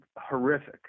horrific